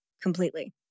completely